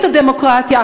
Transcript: לבוא,